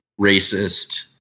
racist